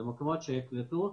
למקומות שיקלטו.